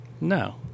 No